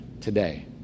today